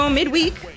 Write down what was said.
midweek